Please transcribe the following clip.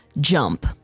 jump